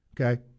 Okay